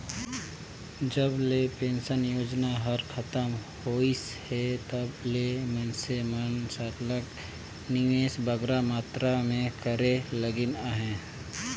जब ले पेंसन योजना हर खतम होइस हे तब ले मइनसे मन सरलग निवेस बगरा मातरा में करे लगिन अहे